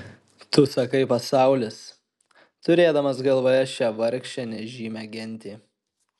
tu sakai pasaulis turėdamas galvoje šią vargšę nežymią gentį